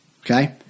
okay